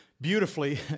beautifully